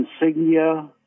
insignia